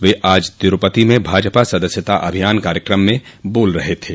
वे आज तिरूपति म भाजपा सदस्यता अभियान कार्यक्रम में बोल रहे थे